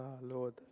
Lord